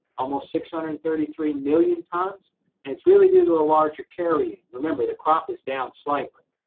almost six hundred and thirty three million tons. and it's really due to a larger carryin, remember the crop is down slightly.